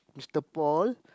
Mister Paul